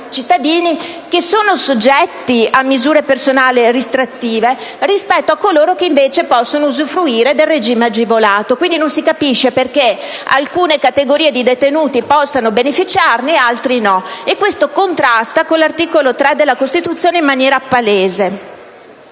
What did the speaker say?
cittadini che sono soggetti a misure personali restrittive e quanti, invece, possono usufruire del regime agevolato. Non si capisce perché alcune categorie di detenuti possano beneficiare di tali norme ed altri no. Ripeto: ciò contrasta con l'articolo 3 della Costituzione in maniera palese.